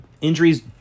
injuries